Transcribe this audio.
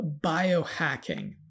biohacking